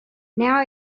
now